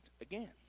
again